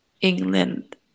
England